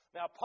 Now